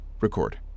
Record